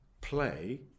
play